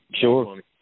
Sure